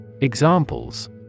Examples